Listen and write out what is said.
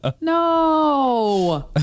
No